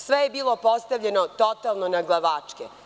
Sve je bilo postavljeno totalno naglavačke.